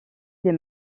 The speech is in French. des